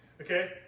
Okay